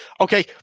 Okay